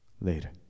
later